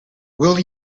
will